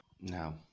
No